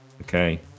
Okay